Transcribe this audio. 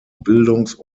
bildungs